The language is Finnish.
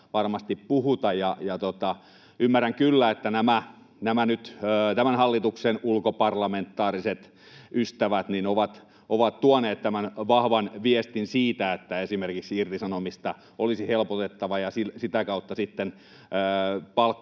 varmasti puhuta. Ymmärrän kyllä, että hallituksen ulkoparlamentaariset ystävät ovat tuoneet tämän vahvan viestin, että esimerkiksi irtisanomista olisi helpotettava ja sitä kautta sitten palkkaamisen